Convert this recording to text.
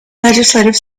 legislative